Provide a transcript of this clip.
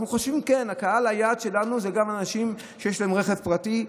אנחנו כן חושבים שקהל היעד שלנו הוא גם אנשים שיש להם רכב פרטי,